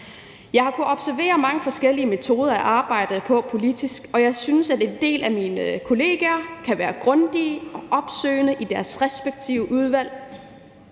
Jeg har kunnet observere mange forskellige metoder at arbejde på politisk, og jeg synes, at en del af mine kolleger kan være grundige og opsøgende i deres respektive udvalg,